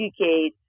educate